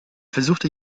versuchte